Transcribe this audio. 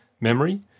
memory